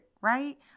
right